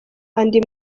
andi